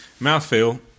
Mouthfeel